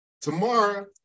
Tomorrow